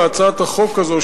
על הצעת החוק הזאת,